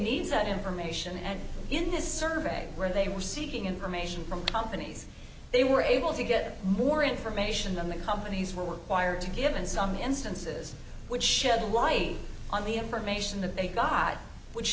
needs that information and in this survey where they were seeking information from companies they were able to get more information than the companies were wired to give and some instances would shed light on the information that they got which